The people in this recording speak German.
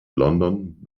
london